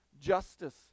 justice